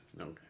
Okay